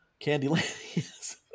Candyland